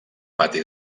pati